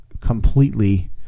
completely